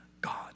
God